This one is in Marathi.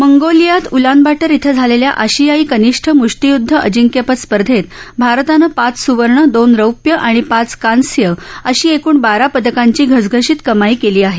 मंगोलियात उलानबाटर इथं झालेल्या आशियाई कनिष्ठ म्ष्टिय्द्ध अजिंक्यपद स्पर्धेत भारतानं पाच सुवर्ण दोन रौप्य आणि पाच कांस्य अशी एकूण बारा पदकांची घसघशीत कमाई केली आहे